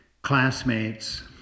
classmates